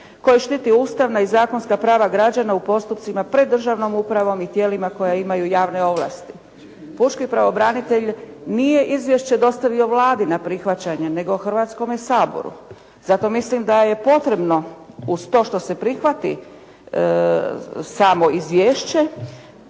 koji štiti ustavna i zakonska prava građana u postupcima pred državnom upravom i tijelima koja imaju javne ovlasti. Pučki pravobranitelj nije izvješće dostavio Vladi na prihvaćanje, nego Hrvatskome saboru. Zato mislim da je potrebno uz to što se prihvati samo izvješće,